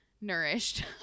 nourished